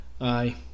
aye